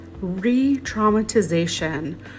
re-traumatization